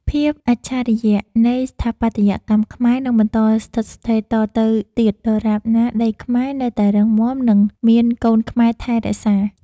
ភាពអច្ឆរិយៈនៃស្ថាបត្យកម្មខ្មែរនឹងបន្តស្ថិតស្ថេរតទៅទៀតដរាបណាដីខ្មែរនៅតែរឹងមាំ និង មានកូនខ្មែរថែរក្សា។